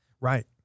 Right